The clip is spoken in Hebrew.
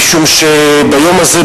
משום שביום הזה,